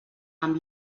amb